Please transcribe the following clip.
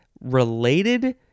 related